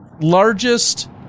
largest